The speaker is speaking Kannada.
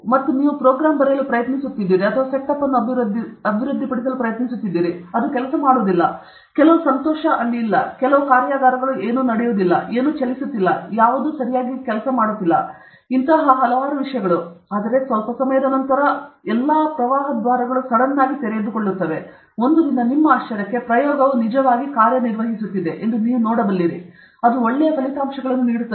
ಮತ್ತು ನೀವು ಪ್ರೋಗ್ರಾಂ ಬರೆಯಲು ಪ್ರಯತ್ನಿಸುತ್ತಿದ್ದೀರಿ ಅಥವಾ ನೀವು ಸೆಟಪ್ ಅನ್ನು ಅಭಿವೃದ್ಧಿಪಡಿಸಲು ಪ್ರಯತ್ನಿಸುತ್ತಿದ್ದೀರಿ ಅದು ಕೆಲಸ ಮಾಡುವುದಿಲ್ಲ ಕೆಲವು ಸಂತೋಷ ಅಲ್ಲಿ ಇಲ್ಲ ಅಥವಾ ಕೆಲವು ಕಾರ್ಯಾಗಾರಗಳು ಏನಾದರೂ ಇಲ್ಲ ಅಥವಾ ಯಾವುದೋ ಚಲಿಸುತ್ತಿಲ್ಲ ಅಥವಾ ಯಾರಾದರೂ ಸಹಿ ಮಾಡುತ್ತಿಲ್ಲ ನಾನು ಅರ್ಥ ಹಲವು ವಿಷಯಗಳು ಆದರೆ ಸ್ವಲ್ಪ ಸಮಯದ ನಂತರ ಪ್ರವಾಹ ದ್ವಾರಗಳು ತೆರೆದುಕೊಳ್ಳುತ್ತವೆ ಒಂದು ದಿನ ನಿಮ್ಮ ಆಶ್ಚರ್ಯಕ್ಕೆ ಪ್ರಯೋಗವು ನಿಜವಾಗಿ ಕಾರ್ಯನಿರ್ವಹಿಸುತ್ತಿದೆ ಎಂದು ನೀವು ನೋಡುತ್ತೀರಿ ಮತ್ತು ಅದು ಒಳ್ಳೆಯ ಫಲಿತಾಂಶಗಳನ್ನು ನೀಡುತ್ತದೆ